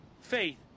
faith